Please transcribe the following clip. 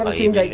um teamed like